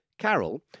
Carol